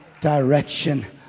direction